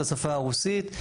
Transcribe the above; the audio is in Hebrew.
לשפה הרוסית,